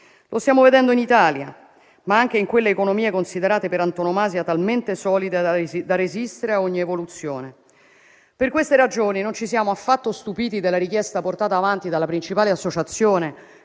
Lo stiamo vedendo in Italia, ma anche in quelle economie considerate per antonomasia talmente solide da resistere a ogni evoluzione. Per queste ragioni, non ci siamo affatto stupiti della richiesta portata avanti dalla principale associazione